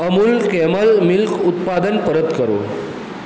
Amul camel milk ઉત્પાદન પરત કરો